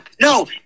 No